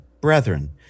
Brethren